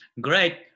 Great